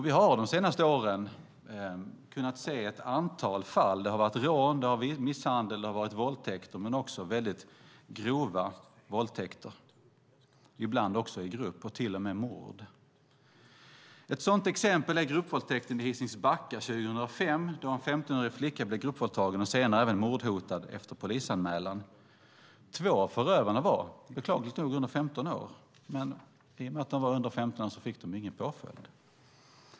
Vi har de senaste åren sett ett antal fall av rån, misshandel, våldtäkter - också mycket grova våldtäkter, ibland i grupp - och till och med mord. Ett sådant exempel är gruppvåldtäkten i Hisings Backa 2005. En 15-årig flicka blev då gruppvåldtagen och senare, efter polisanmälan, även mordhotad. Två av förövarna var, beklagligt nog, under 15 år och fick därför ingen påföljd.